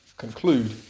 conclude